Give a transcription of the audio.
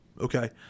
okay